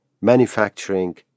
manufacturing